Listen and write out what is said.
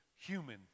human